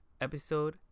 episode